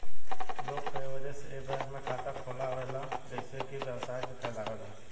लोग कए वजह से ए बैंक में खाता खोलावेला जइसे कि व्यवसाय के फैलावे ला